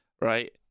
right